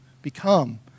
become